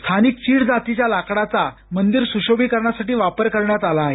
स्थानिक चीड जातीच्या लाकडाचा मंदिर सुशोभीकरणासाठी वापर करण्यात आला आहे